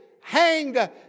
hanged